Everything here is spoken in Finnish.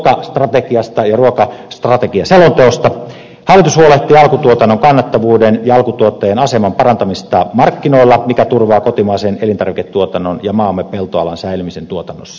hallitus huolehtii siis nyt puhutaan ruokastrategiasta ja ruokastrategiaselonteosta alkutuotannon kannattavuuden ja alkutuottajan aseman parantamisesta markkinoilla mikä turvaa kotimaisen elintarviketuotannon ja maamme peltoalan säilymisen tuotannossa